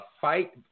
fight